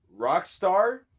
Rockstar